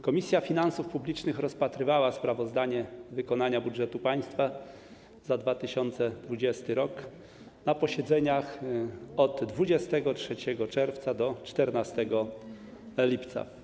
Komisja Finansów Publicznych rozpatrywała sprawozdanie z wykonania budżetu państwa za 2020 r. na posiedzeniach od 23 czerwca do 14 lipca.